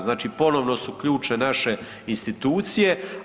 Znači, ponovno su ključne naše institucije.